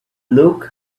looked